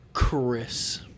Chris